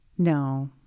No